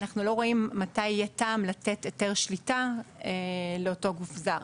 אנחנו לא רואים מתי יהיה טעם לתת היתר שליטה לאותו גוף זר,